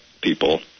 people